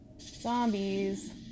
zombies